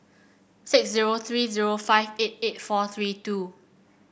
six zero three zero five eight eight four three two